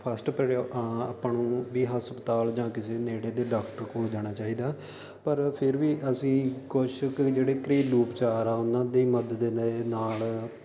first ਪਰੇ ਆਪਾਂ ਨੂੰ ਵੀ ਹਸਪਤਾਲ ਜਾਂ ਕਿਸੇ ਨੇੜੇ ਦੇ ਡਾਕਟਰ ਕੋਲ ਜਾਣਾ ਚਾਹੀਦਾ ਪਰ ਫਿਰ ਵੀ ਅਸੀਂ ਕੁਛ ਕੁ ਨੇ ਜਿਹੜੇ ਘਰੇਲੂ ਉਪਚਾਰ ਆ ਉਹਨਾਂ ਦੇ ਮਦਦ ਦੇ ਨਾਲ